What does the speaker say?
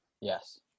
Yes